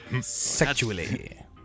Sexually